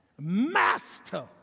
Master